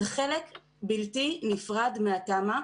זה חלק בלתי נפרד מהתמ"א,